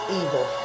evil